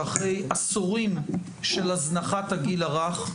אין ספק שאחרי עשורים של הזנחת הגיל הרך,